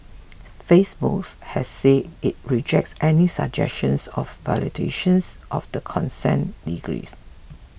Facebook has say it rejects any suggestions of violations of the consent decree